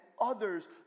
others